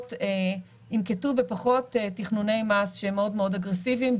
החברות ינקטו בפחות תכנוני מס שהם מאוד מאוד אגרסיביים,